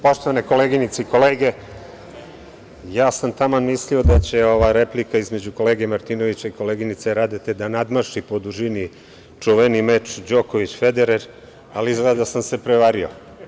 Poštovane koleginice i kolege, ja sam taman mislio da će ova replika između kolege Martinovića i koleginice Radete da nadmaši po dužini čuveni meč Đoković – Federer, ali izgleda sam se prevario.